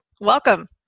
Welcome